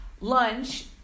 lunch